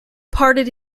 parted